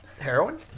heroin